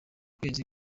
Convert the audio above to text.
kwezi